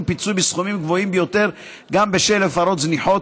פיצוי בסכומים גבוהים ביותר גם בשל הפרות זניחות,